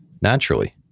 naturally